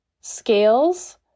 scales